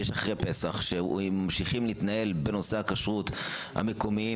ויש את אחרי פסח שממשיכים להתנהל בנושא הכשרות המקומיים,